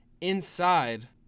inside